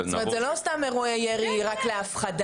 זאת אומרת שזה לא סתם אירועי ירי רק להפחדה.